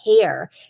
care